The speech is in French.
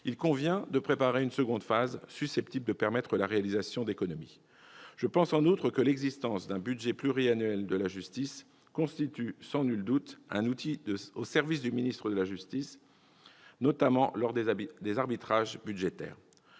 il convient de préparer une seconde phase, susceptible de permettre la réalisation d'économies. Je pense en outre que l'existence d'un budget pluriannuel de la justice constitue sans nul doute un outil au service du ministre de la justice, notamment lors des arbitrages budgétaires.